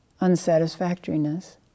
unsatisfactoriness